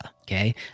okay